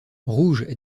rouge